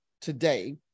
today